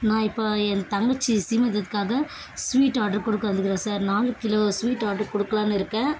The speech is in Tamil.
நான் இப்போ ஏன் தங்கச்சி சீமந்தத்துக்காக ஸ்வீட் ஆட்ரு கொடுக்க வந்துருக்கேன் சார் நாலு கிலோ ஸ்வீட் ஆட்ரு கொடுக்கலான்னு இருக்கேன்